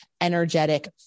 energetic